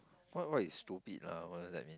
what what is stupid lah what does that mean